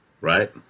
right